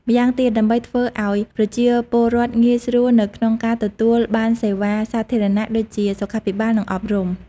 ម្យ៉ាងទៀត ដើម្បីធ្វើឪ្យប្រជាពលរដ្ឋងាយស្រួលនៅក្នុងការទទួលបានសេវាសាធារណៈដូចជាសុខាភិបាល និងអប់រំ។